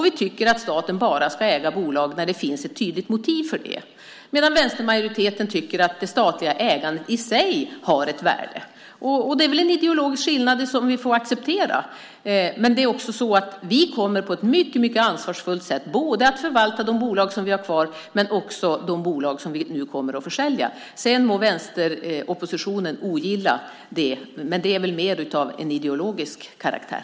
Vi tycker att staten ska äga bolag bara när det finns ett tydligt motiv för det, medan vänstersidan tycker att det statliga ägandet i sig har ett värde. Det är väl en ideologisk skillnad som vi får acceptera. Men vi kommer på ett mycket ansvarsfullt sätt att förvalta de bolag som vi har kvar men också de bolag som vi nu kommer att sälja. Sedan må vänsteroppositionen ogilla det. Men det är väl mer av ideologisk karaktär.